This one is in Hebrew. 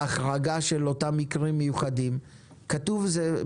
ההחרגה של אותם מקרים מיוחדים שאנחנו